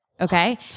Okay